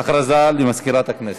הודעה למזכירת הכנסת.